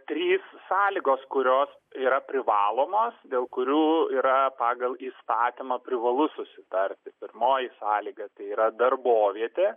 trys sąlygos kurios yra privalomos dėl kurių yra pagal įstatymą privalu susitarti pirmoji sąlyga tai yra darbovietė